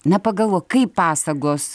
na pagalvok kaip pasagos